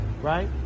right